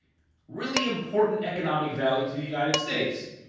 really important economic value to the united states,